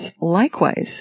Likewise